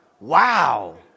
Wow